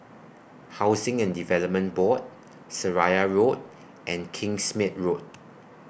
Housing and Development Board Seraya Road and Kingsmead Road